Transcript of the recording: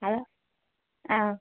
hello ஆ